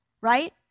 right